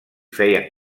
feien